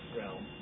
realm